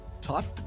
tough